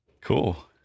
Cool